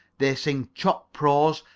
they sing chopped prose,